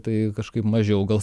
tai kažkaip mažiau gal